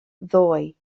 ddoi